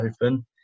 Open